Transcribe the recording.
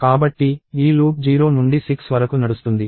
కాబట్టి ఈ లూప్ 0 నుండి 6 వరకు నడుస్తుంది